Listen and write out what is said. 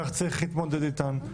כך צריך להתמודד איתן,